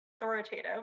authoritative